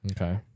Okay